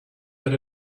that